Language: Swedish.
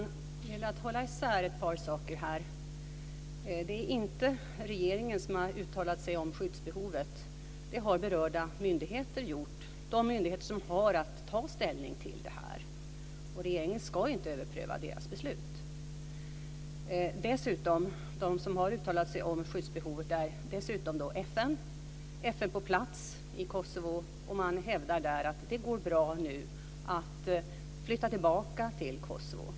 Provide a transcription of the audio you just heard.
Fru talman! Det gäller att hålla isär ett par saker i detta sammanhang. Det är inte regeringen som har uttalat sig om skyddsbehovet. Det har berörda myndigheter gjort, de myndigheter som har att ta ställning till detta. Och regeringen ska inte överpröva deras beslut. Dessutom är det FN på plats i Kosovo som har uttalat sig om skyddsbehovet, och man hävdar där att det nu går bra att flytta tillbaka till Kosovo.